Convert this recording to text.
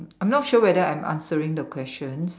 I'm not sure whether I'm answering the questions